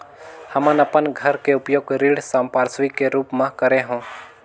हमन अपन घर के उपयोग ऋण संपार्श्विक के रूप म करे हों